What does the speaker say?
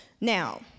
Now